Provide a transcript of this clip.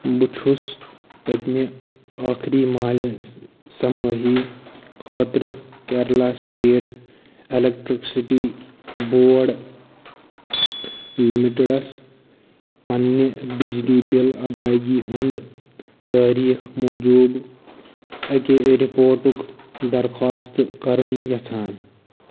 بہٕ چھُس پٔتمہِ ٲخٕری مالہِ سمٲحی خٲطرٕ کیرالہ سٹیٹ الیکٹرسٹی بورڈ لمیٹڈس پٔنِنہ بجلی بِل ادایگی ہُند تٲریخ موٗجوٗب اکہِ رِپوٹُک درخواست کرُن یژھان